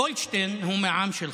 גולדשטיין הוא מהעם שלך,